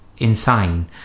insane